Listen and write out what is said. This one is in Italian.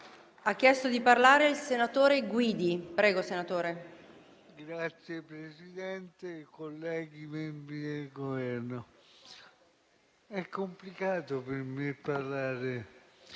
Grazie Presidente, colleghi, membri del Governo, è complicato per me parlare